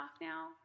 now